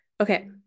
Okay